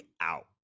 out